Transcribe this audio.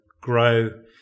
grow